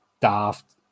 daft